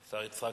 השר יצחק